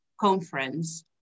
conference